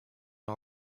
all